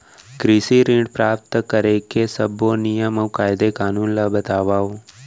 कृषि ऋण प्राप्त करेके सब्बो नियम अऊ कायदे कानून ला बतावव?